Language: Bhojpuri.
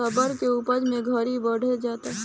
रबर के उपज ए घड़ी बढ़ते जाता